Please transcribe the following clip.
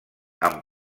amb